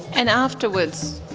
and afterwards,